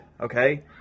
okay